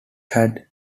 had